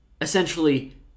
essentially